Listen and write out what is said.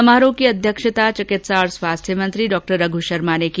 समारोह की अध्यक्षता चिकित्सा और स्वास्थ्य मंत्री डॉ रघ् शर्मा ने की